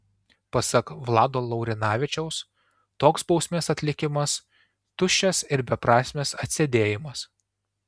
pasak vlado laurinavičiaus toks bausmės atlikimas tuščias ir beprasmis atsėdėjimas